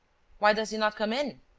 why does he not come in?